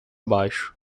baixo